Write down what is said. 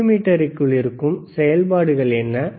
மல்டிமீட்டருக்குள் இருக்கும் செயல்பாடுகள் என்ன